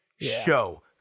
show